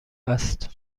است